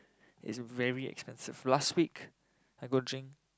is very expensive last week I go drink